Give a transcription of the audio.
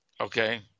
okay